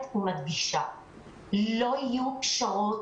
לא יהיו פשרות,